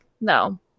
No